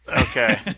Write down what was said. Okay